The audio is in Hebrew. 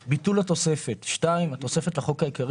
התשפ"ב 2021 ביטול פרק י' "בחוק